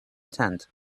tent